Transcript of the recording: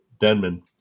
Denman